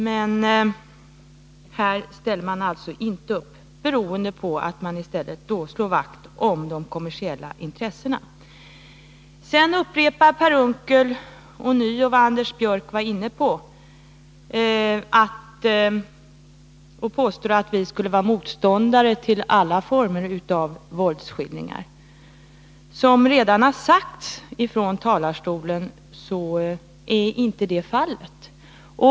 Men här ställer man alltså inte upp, beroende på att man i stället slår vakt om de kommersiella intressena. Sedan upprepar Per Unckel ånyo vad Anders Björck var inne på och påstår att vi skulle vara motståndare till alla former av våldsskildringar. Som redan har sagts från talarstolen är så inte fallet.